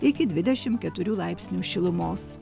iki dvidešimt keturių laipsnių šilumos